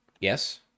Yes